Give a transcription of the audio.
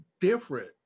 different